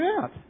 out